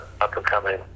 up-and-coming